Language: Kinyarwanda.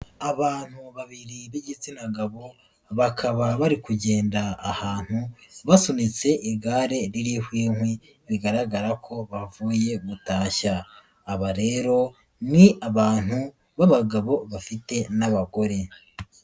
Abantu babiri b'igitsina gabo bakaba bari kugenda ahantu basunitse igare ririho inkwi bigaragara ko bavuye gutashya, aba rero ni abantu b'abagabo bafite n'abagore.